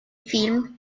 film